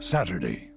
Saturday